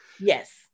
Yes